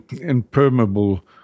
impermeable